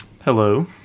Hello